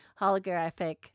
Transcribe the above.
holographic